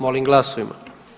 Molim glasujmo.